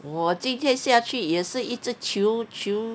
我今天下去也是一直求求